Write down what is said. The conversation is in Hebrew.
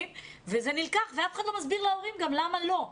וזה נלקח ואף אחד לא מסביר להורים גם למה לא.